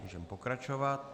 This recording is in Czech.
Můžeme pokračovat.